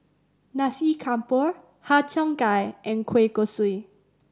Nasi Campur Har Cheong Gai and kueh kosui